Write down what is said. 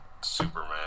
Superman